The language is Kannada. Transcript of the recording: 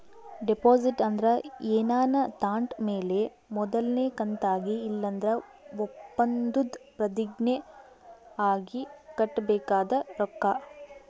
ಡೆಪಾಸಿಟ್ ಅಂದ್ರ ಏನಾನ ತಾಂಡ್ ಮೇಲೆ ಮೊದಲ್ನೇ ಕಂತಾಗಿ ಇಲ್ಲಂದ್ರ ಒಪ್ಪಂದುದ್ ಪ್ರತಿಜ್ಞೆ ಆಗಿ ಕಟ್ಟಬೇಕಾದ ರೊಕ್ಕ